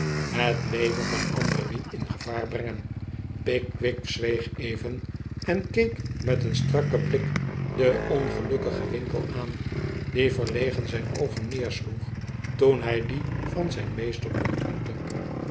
het leyen van anderen niet in gevaar brengen pickwick zweeg even en keek met een strakken blik den ongelukkigen winkle aan die verlegen zijn oogen neersloeg toen hij die van zijn meester ontmoette